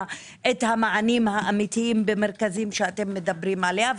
את המענים האמיתיים במרכזים שאתם מדברים עליהם,